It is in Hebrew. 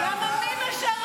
למה מי משרת?